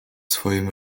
swoim